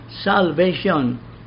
salvation